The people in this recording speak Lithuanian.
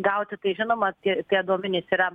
gauti tai žinoma tie tie duomenys yra